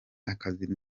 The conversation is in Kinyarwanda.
akazi